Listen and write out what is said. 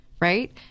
right